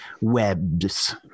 webs